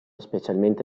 specialmente